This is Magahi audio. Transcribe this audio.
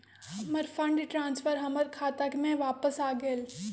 हमर फंड ट्रांसफर हमर खाता में वापस आ गेल